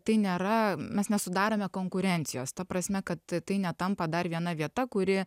tai nėra mes nesudarome konkurencijos ta prasme kad tai netampa dar viena vieta kuri